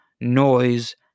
noise